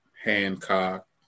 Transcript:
Hancock